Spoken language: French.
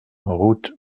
route